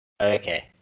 okay